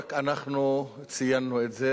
שרק אנחנו ציינו אותו,